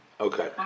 Okay